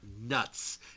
nuts